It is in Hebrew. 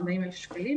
40,000 שקלים.